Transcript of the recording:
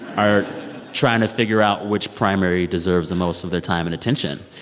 are trying to figure out which primary deserves the most of their time and attention.